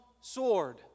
sword